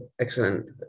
excellent